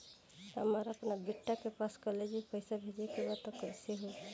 हमरा अपना बेटा के पास कॉलेज में पइसा बेजे के बा त कइसे होई?